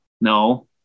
no